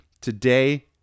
today